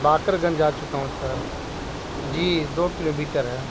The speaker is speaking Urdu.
باقر گنج جا چکا ہوں سر جی دو کلو میٹر ہے